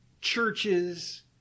churches